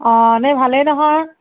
অঁ এনেই ভালেই নহয়